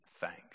thanks